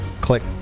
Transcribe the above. click